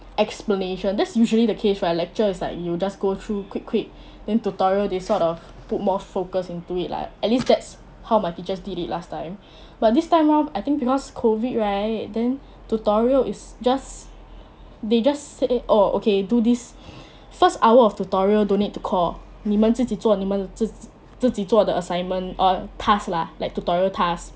explanation that's usually the case right lecture is like you just go through quick quick then tutorial they sort of put more focus into it lah at least that's how my teachers did it last time but this time round I think because COVID right then tutorial is just they just say oh okay do this first hour of tutorial don't need to call 你们自己做你们自己自己做的 assignment err task lah like tutorial task